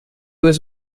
was